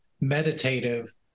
meditative